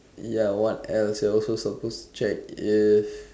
ya what else you are also supposed to check if